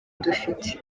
dufite